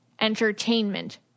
entertainment